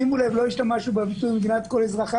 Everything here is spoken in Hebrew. שימו לב, לא השתמשנו בביטוי "מדינת כל אזרחיה".